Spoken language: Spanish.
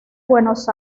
buenos